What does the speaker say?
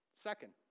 Second